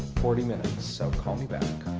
forty minutes so call me back.